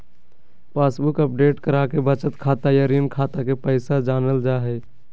passbook update कराके बचत खाता या ऋण खाता के पैसा जानल जा हय